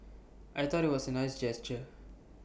I thought IT was A nice gesture